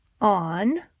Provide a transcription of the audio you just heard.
on